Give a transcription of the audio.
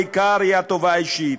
העיקר הוא הטובה האישית.